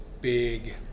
big